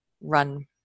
run